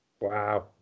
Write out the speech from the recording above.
Wow